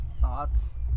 Thoughts